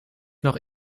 nog